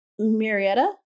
Marietta